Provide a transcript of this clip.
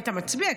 היית מצביע,